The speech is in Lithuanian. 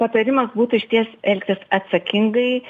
patarimas būtų išties elgtis atsakingai